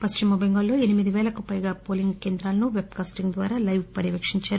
పశ్చిమ బెంగాల్లో ఎనిమిది వేలకు పైగా పోలింగ్ కేంద్రాలను పెట్కాస్టింగ్ ద్వారా లైప్ పర్యవేకించారు